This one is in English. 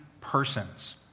persons